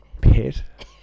pet